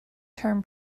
term